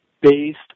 based